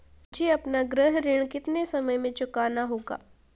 मुझे अपना गृह ऋण कितने समय में चुकाना होगा?